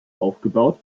aufgebaut